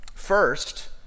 first